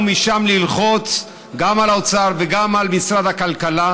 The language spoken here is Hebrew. משם ללחוץ גם על האוצר וגם על משרד הכלכלה